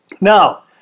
Now